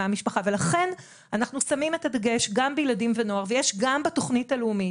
לכן אנחנו שמים את הדגש גם בילדים ונוער ויש גם בתוכנית הלאומית,